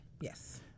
Yes